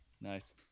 Nice